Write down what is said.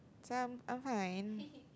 some I'm fine